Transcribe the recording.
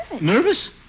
nervous